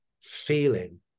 feeling